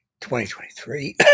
2023